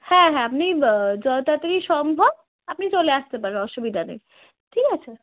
হ্যাঁ হ্যাঁ আপনি যত তাড়াতাড়ি সম্ভব আপনি চলে আসতে পারেন অসুবিধা নেই ঠিক আছে